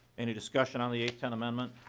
any discussion on the a ten amendment?